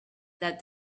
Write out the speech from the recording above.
that